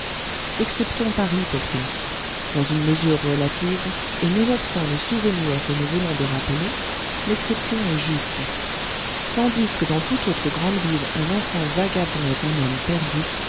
exceptons paris pourtant dans une mesure relative et nonobstant le souvenir que nous venons de rappeler l'exception est juste tandis que dans toute autre grande ville un enfant vagabond est un homme perdu